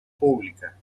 pública